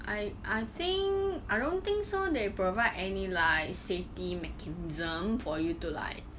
I I think I don't think so they provide any like safety mechanism for you to like